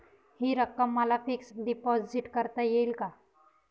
हि रक्कम मला फिक्स डिपॉझिट करता येईल का?